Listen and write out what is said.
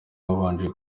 babanje